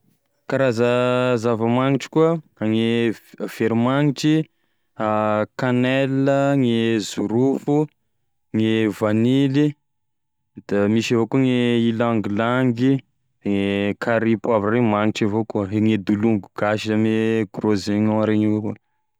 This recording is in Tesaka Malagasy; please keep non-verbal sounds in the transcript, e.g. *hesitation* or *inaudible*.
Karaza zava-magnitry koa: gne veromagnitry, *hesitation* canelle, gne zorofo, gne vanily da misy avao koa gne ylang ylang, gne carry poavra regny magnitry avao koa, de gne dolongo gasy izy ame gros oignon reny avao koa.